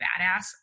badass